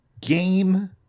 game